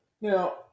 now